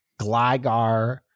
Gligar